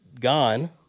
gone